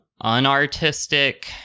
unartistic